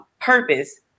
purpose